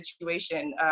situation